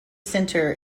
center